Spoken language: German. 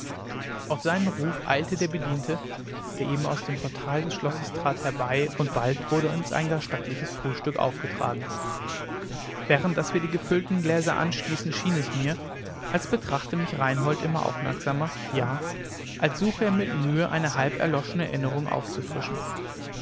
auf seinen ruf eilte der bediente der eben aus dem portal des schlosses trat herbei und bald wurde uns ein gar stattliches frühstück aufgetragen während daß wir die gefüllten gläser anstießen schien es mir als betrachte mich reinhold immer aufmerksamer ja als suche er mit mühe eine halb erloschene erinnerung aufzufrischen